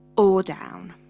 or down